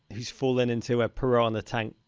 who's fallen into a piranha tank.